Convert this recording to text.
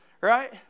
right